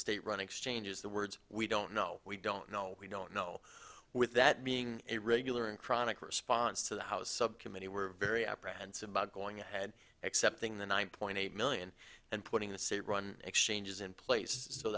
state run exchanges the words we don't know we don't know we don't know with that being a regular and chronic response to the house subcommittee were very apprehensive about going ahead accepting the nine point eight million and putting the state run exchanges in place so